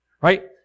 right